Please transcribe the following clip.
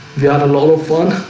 they are a lot of fun.